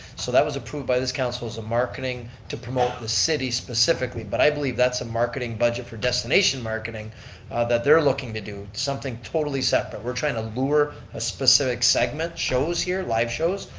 so that was approved by this council as a marketing to promote the city specifically, but i believe that's a marketing budget for destination marketing that they're looking to do, something totally separate. we're trying to lure a specific segment, shows here, live shows,